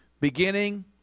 beginning